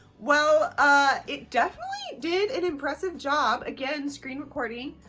well, ah it definitely did an impressive job again screen recording.